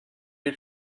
les